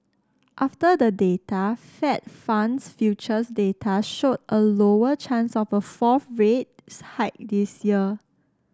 after the data Fed funds futures data showed a lower chance of a fourth rate hike this year